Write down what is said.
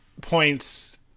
points